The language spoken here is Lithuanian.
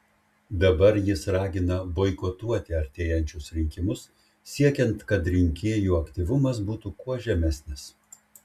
dabar jis ragina boikotuoti artėjančius rinkimus siekiant kad rinkėjų aktyvumas būtų kuo žemesnis